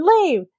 leave